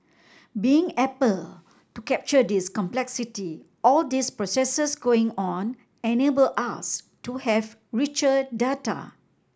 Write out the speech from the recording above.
being able to capture this complexity all these processes going on enable us to have richer data